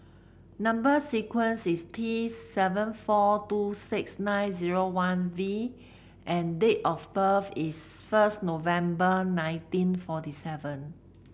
number sequence is T seven four two six nine zero one V and date of birth is first November nineteen forty seven